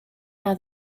how